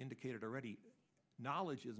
indicated already knowledge is